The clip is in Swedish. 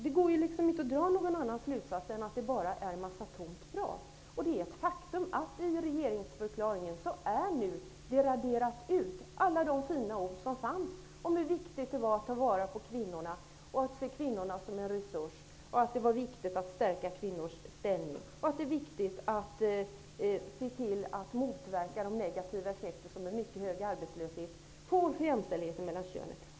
Den enda slutsats som kan dras är att det bara handlar om en massa tomt prat. I fråga om regeringsförklaringen har man faktiskt raderat ut alla de fina ord som fanns med tidigare om hur viktigt det är ta vara på kvinnorna och att se kvinnorna som en resurs samt om att det är viktigt att stärka kvinnors ställning och att se till att man motverkar de negativa effekter som en mycket hög arbetslöshet får när det gäller jämställdheten mellan könen.